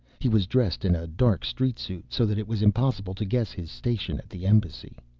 he was dressed in a dark street suit, so that it was impossible to guess his station at the embassy.